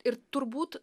ir turbūt